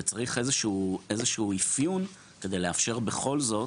ולכן צריך איזשהו אפיון כדי לאפשר בכל זאת